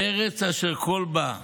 ארץ אשר כל בה,